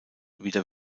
wieder